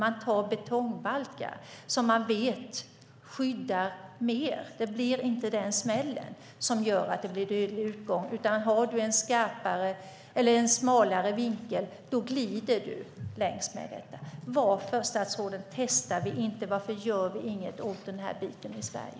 Man har betongbalkar som man vet skyddar mer. Det blir inte en sådan smäll som gör att det blir en dödlig utgång. Är det en smalare vinkel glider man längs med. Varför, statsrådet, testar vi inte? Varför gör vi inget åt den här biten i Sverige?